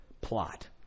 plot